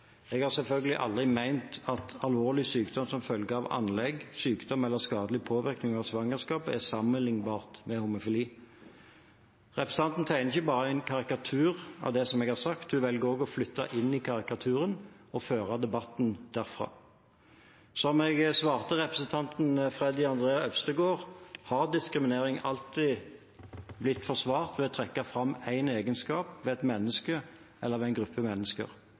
Jeg har selvfølgelig aldri ment at «alvorlig sykdom, som følge av anlegg, sykdom eller skadelige påvirkninger under svangerskapet» er sammenlignbart med homofili. Representanten tegner ikke bare en karikatur av det jeg har sagt, hun velger også å flytte inn i karikaturen og føre debatten derfra. Som jeg svarte representanten Freddy André Øvstegård, har diskriminering alltid blitt forsvart ved å trekke fram én egenskap ved et menneske eller ved en gruppe mennesker.